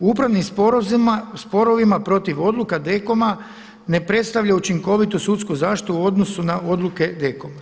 U upravnim sporovima protiv odluka DKOM-a ne predstavlja učinkovitu sudsku zaštitu u odnosu na odluke DKOM-a.